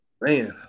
man